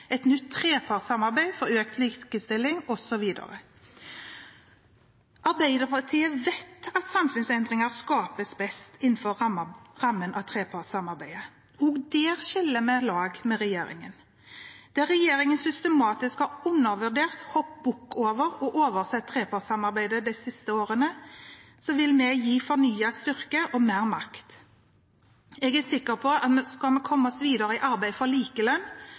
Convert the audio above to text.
et nytt trepartssamarbeid for økt likestilling, osv. Arbeiderpartiet vet at samfunnsendringer skapes best innenfor rammene av trepartssamarbeidet. Også der skiller vi lag med regjeringen. Der regjeringen systematisk har undervurdert, hoppet bukk over og oversett trepartssamarbeidet de siste årene, vil vi gi familiene styrke og mer makt. Jeg er sikker på at skal vi komme videre i arbeidet for likelønn,